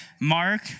Mark